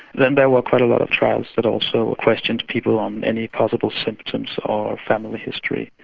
then there were quite a lot of trials that also questioned people on any possible symptoms or family history.